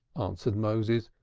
answered moses.